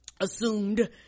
assumed